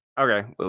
okay